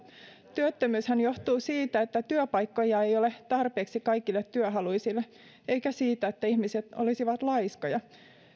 työttömyyshän johtuu siitä että työpaikkoja ei ole tarpeeksi kaikille työhaluisille eikä siitä että ihmiset olisivat laiskoja